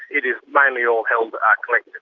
it is mainly all held ah collectively.